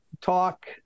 talk